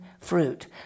fruit